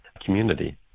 community